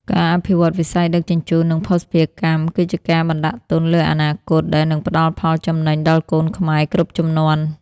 ការអភិវឌ្ឍវិស័យដឹកជញ្ជូន និងភស្តុភារកម្ម គឺជាការបណ្ដាក់ទុនលើអនាគត ដែលនឹងផ្ដល់ផលចំណេញដល់កូនខ្មែរគ្រប់ជំនាន់។